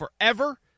forever